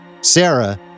Sarah